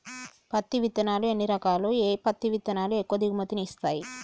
పత్తి విత్తనాలు ఎన్ని రకాలు, ఏ పత్తి విత్తనాలు ఎక్కువ దిగుమతి ని ఇస్తాయి?